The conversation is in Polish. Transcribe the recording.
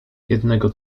jednego